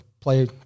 play